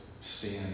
stand